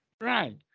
right